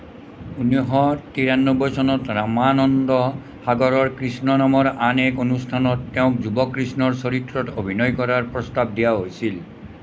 ঊনৈছশ তিৰান্নব্বৈ চনত ৰামানন্দ সাগৰৰ কৃষ্ণ নামৰ আন এক অনুষ্ঠানত তেওঁক যুৱ কৃষ্ণৰ চৰিত্ৰত অভিনয় কৰাৰ প্ৰস্তাৱ দিয়া হৈছিল